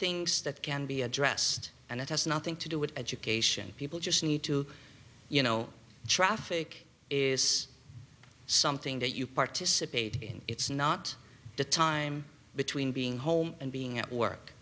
things that can be addressed and it has nothing to do with education people just need to you know traffic is something that you participate in it's not the time between being home and being at work